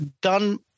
done